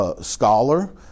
scholar